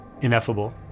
ineffable